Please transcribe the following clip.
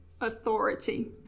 authority